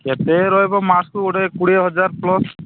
କେତେ ରହିବ ମାସକୁ ଗୋଟାଏ କୋଡ଼ିଏ ହଜାର ପ୍ଲସ୍